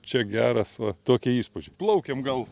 čia geras va tokie įspūdžiai plaukiam gal